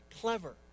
clever